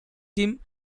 tim